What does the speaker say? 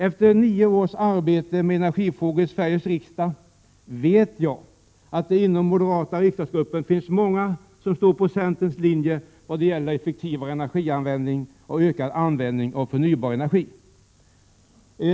Efter nio års arbete med energifrågor i Sveriges riksdag vet jag att det inom den moderata riksdagsgruppen finns många som tror på centerns linje vad gäller effektivare energianvändning och ökad användning av förnybar energi.